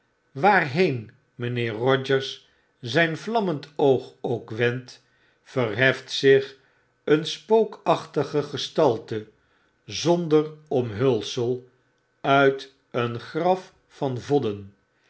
waarheen mijnheer rogers zyn vlammend oog ook wendt verheft zich een spookachtige gestalte zonder omhulsel uit een graf van